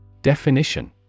Definition